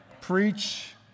Preach